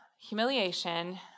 humiliation